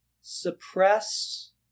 suppress